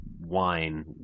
wine